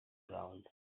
ground